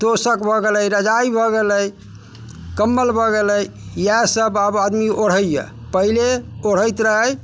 तोशक भऽ गेलै रजाइ भऽ गेलै कम्बल भऽ गेलै इएहसब आब आदमी ओढ़ैए पहिले ओढ़ैत रहै